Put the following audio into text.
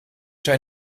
zijn